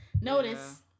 notice